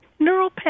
Neural